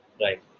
Right